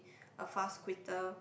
a fast quitter